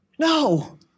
No